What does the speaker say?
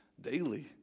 daily